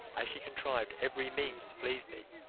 as she contrived every means to please me,